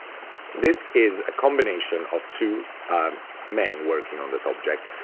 this is a combination of two men working on this object.